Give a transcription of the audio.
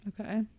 okay